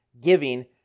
giving